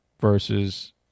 versus